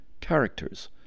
Characters